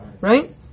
Right